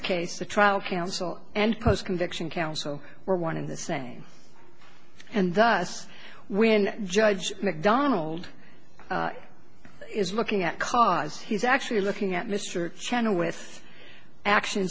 case the trial counsel and post conviction counsel were one in the same and thus when judge mcdonald is looking at cars he's actually looking at mr chenowith actions